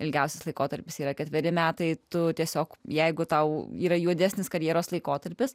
ilgiausias laikotarpis yra ketveri metai tu tiesiog jeigu tau yra juodesnis karjeros laikotarpis